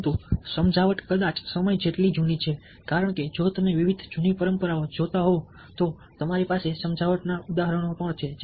પરંતુ સમજાવટ કદાચ સમય જેટલી જૂની છે કારણ કે જો તમે વિવિધ જૂની પરંપરાઓ જોતા હોવ તો તમારી પાસે સમજાવટના ઉદાહરણો પણ છે